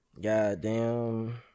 Goddamn